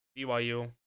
byu